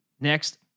Next